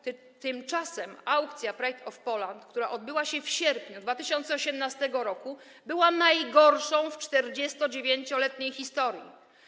Tymczasem Aukcja Pride of Poland, która odbyła się w sierpniu 2018 r., była najgorszą w jej 49-letniej historii.